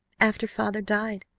after father died.